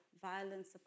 violence